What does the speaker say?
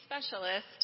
specialist